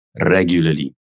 regularly